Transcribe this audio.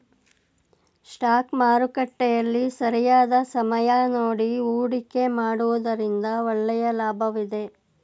stock ಮಾರುಕಟ್ಟೆಯಲ್ಲಿ ಸರಿಯಾದ ಸಮಯ ನೋಡಿ ಹೂಡಿಕೆ ಮಾಡುವುದರಿಂದ ಒಳ್ಳೆಯ ಲಾಭವಿದೆ